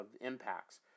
impacts